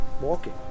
walking